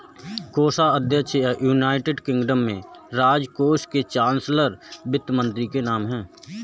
कोषाध्यक्ष या, United Kingdom में, राजकोष के चांसलर वित्त मंत्री के नाम है